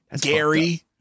Gary